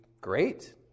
great